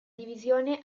divisione